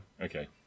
Okay